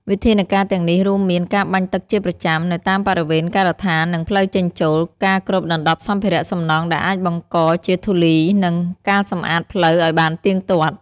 វិធានការទាំងនេះរួមមាន ការបាញ់ទឹកជាប្រចាំ នៅតាមបរិវេណការដ្ឋាននិងផ្លូវចេញចូល ការគ្របដណ្តប់សម្ភារៈសំណង់ដែលអាចបង្កជាធូលី និង ការសម្អាតផ្លូវឱ្យបានទៀងទាត់។